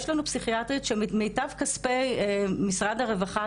יש לנו פסיכיאטרית שממיטב כספי משרד הרווחה,